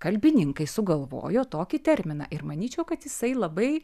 kalbininkai sugalvojo tokį terminą ir manyčiau kad jisai labai